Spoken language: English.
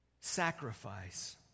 sacrifice